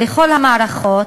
לכל המערכות,